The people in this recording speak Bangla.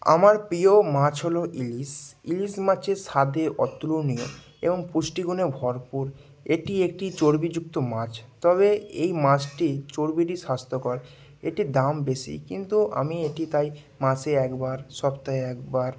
আমার প্রিয় মাছ হল ইলিশ ইলিশ মাছে স্বাদে অতুলনীয় এবং পুষ্টি গুণে ভরপুর এটি একটি চর্বিযুক্ত মাছ তবে এই মাছটি চর্বিটি স্বাস্থ্যকর এটি দাম বেশি কিন্তু আমি এটি তাই মাসে একবার সপ্তাহে একবার